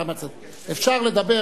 אפשר לדבר.